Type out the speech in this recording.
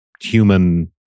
human